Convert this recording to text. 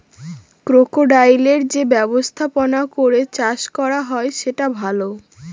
ক্রোকোডাইলের যে ব্যবস্থাপনা করে চাষ করা হয় সেটা ভালো